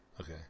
Okay